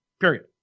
period